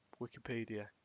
wikipedia